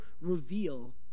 reveal